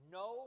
no